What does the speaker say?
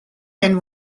and